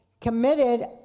committed